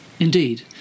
Indeed